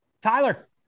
Tyler